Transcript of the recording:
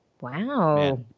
Wow